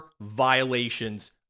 violations